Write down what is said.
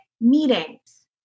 Meetings